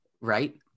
right